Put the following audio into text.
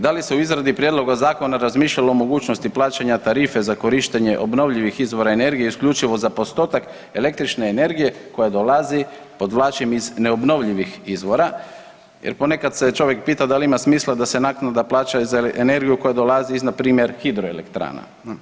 Da li se u izradi prijedloga zakona razmišljalo o mogućnosti plaćanja tarife za korištenje obnovljivih izvora energije isključivo za postotak električne energije koja dolazi, podvlačim iz neobnovljivih izvora jer ponekad se čovjek pita da li ima smisla da se naknada plaća i za energiju koja dolazi iz npr. hidroelektrana.